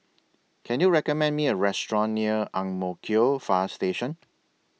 Can YOU recommend Me A Restaurant near Ang Mo Kio Far Station